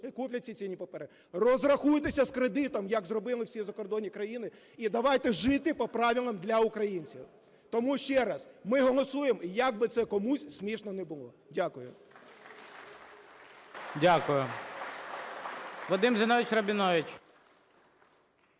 куплять ці цінні папери. Розрахуйтеся з кредитом, як зробили всі закордонні країни. І давайте жити по правилах, для українців. Тому ще раз, ми голосуємо, як би це комусь смішно не було. Дякую. ГОЛОВУЮЧИЙ. Дякую. Вадим Зіновійович Рабінович.